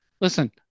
Listen